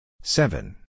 Seven